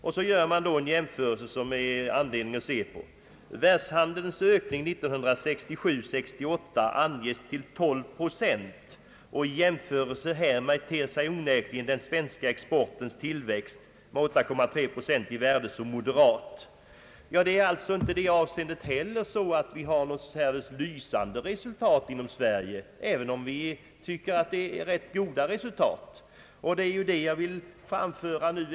Vidare gör man en jämförelse som det finns anledning att se på. Världshandelns ökning 1967—1968 anges till 12 procent, och i jämförelse härmed ter sig onekligen den svenska exportens tillväxt med 8,3 procent i värde moderat. Det är alltså inte heller i det avseendet så att vi i Sverige har något ly sande resultat, även om vi tycker att det är ganska bra.